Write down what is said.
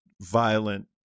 violent